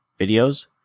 videos